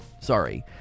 Sorry